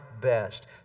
best